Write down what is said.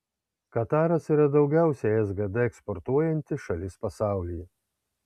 kataras yra daugiausiai sgd eksportuojanti šalis pasaulyje